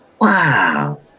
Wow